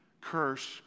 curse